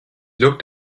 looked